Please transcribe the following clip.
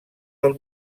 del